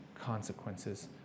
consequences